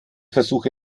versuche